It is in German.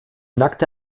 nackte